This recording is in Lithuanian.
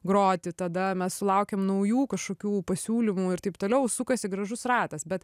groti tada mes sulaukiam naujų kažkokių pasiūlymų ir taip toliau sukasi gražus ratas bet